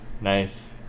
Nice